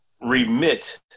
remit